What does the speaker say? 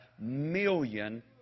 million